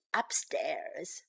upstairs